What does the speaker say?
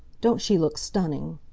don't she look stunning!